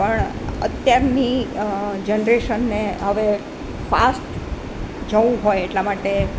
પણ અત્યારની જનરેશનને હવે ફાસ્ટ જવું હોય એટલા માટે